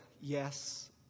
yes